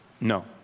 No